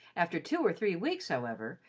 after two or three weeks, however,